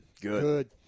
Good